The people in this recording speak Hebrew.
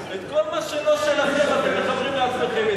את כל מה שלא שלכם אתם מחברים לעצמכם,